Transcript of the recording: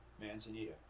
manzanita